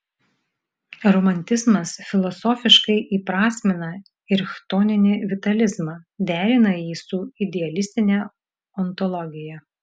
romantizmas filosofiškai įprasmina ir chtoninį vitalizmą derina jį su idealistine ontologija